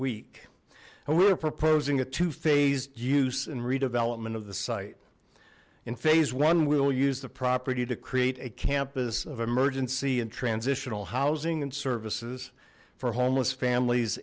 week we are proposing a two phase use and redevelopment of the site in phase one will use the property to create a campus of emergency and transitional housing and services for homeless families